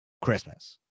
Christmas